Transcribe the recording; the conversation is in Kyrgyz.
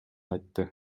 айтты